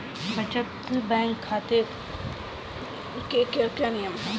बचत बैंक खाते के क्या क्या नियम हैं?